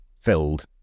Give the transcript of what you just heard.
filled